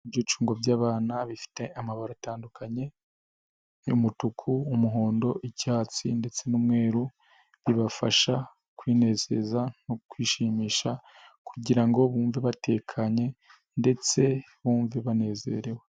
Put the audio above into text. Ibyicungo by'abana bifite amabara atandukanye, umutuku, umuhondo, icyatsi ndetse n'umweru, bibafasha kwinezeza no kwishimisha kugira ngo bumve batekanye ndetse bumve banezerewe.